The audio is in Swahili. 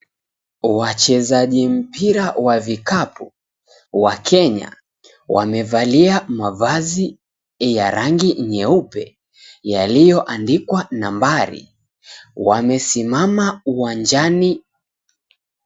Wachezaji mpira wa vikapu wa Kenya, wamevalia mavazi ya rangi nyeupe yaliyoandikwa nambari. Wamesimama uwanjani.